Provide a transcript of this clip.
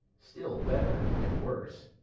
still better, and worse.